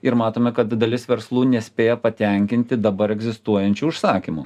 ir matome kad dalis verslų nespėja patenkinti dabar egzistuojančių užsakymų